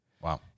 Wow